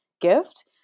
gift